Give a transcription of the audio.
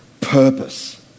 purpose